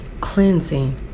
Cleansing